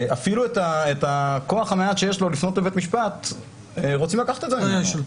אפילו את הכוח המעט שיש לו לפנות לבית משפט רוצים לקחת ממנו.